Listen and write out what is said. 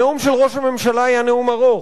הנאום של ראש הממשלה היה נאום ארוך,